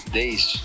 days